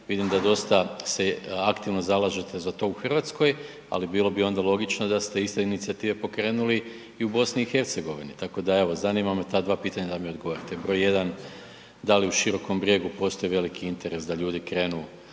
vidim da dosta se aktivno zalažete za to u Hrvatskoj, ali bilo bi onda logično da ste iste inicijative pokrenuli i u BiH. Tako da evo, zanima me ta dva pitanja da mi odgovorite, broj 1 da li u Širokom Brijegu postoji veliki interes da ljudi krenu